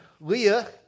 Leah